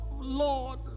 Lord